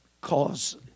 Cause